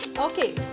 okay